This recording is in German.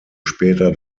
später